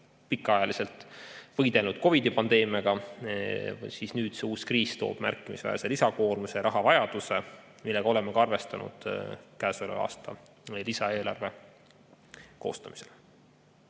pikaajaliselt võideldud COVID-i pandeemiaga, aga nüüd see uus kriis toob märkimisväärse lisakoormuse ja rahavajaduse, millega oleme arvestanud ka käesoleva aasta lisaeelarve koostamisel.